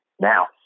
now